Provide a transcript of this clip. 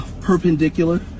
perpendicular